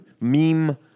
meme